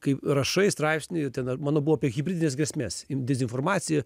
kai rašai straipsnį ten ar mano buvo apie hibridines grėsmes dezinformaciją